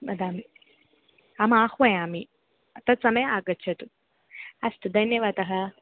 वदामि अहमाह्वयामि तत् समये आगच्छतु अस्तु धन्यवादः